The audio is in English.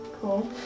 Cool